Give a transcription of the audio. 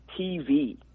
TV